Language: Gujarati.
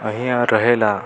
અહીં રહેલા